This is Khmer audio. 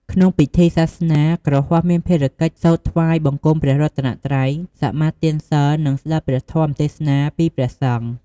ក្នុងពិធីសាសនា គ្រហស្ថមានភារកិច្ចសូត្រថ្វាយបង្គំព្រះរតនត្រ័យ សមាទានសីល និងស្តាប់ព្រះធម្មទេសនាពីព្រះសង្ឃ។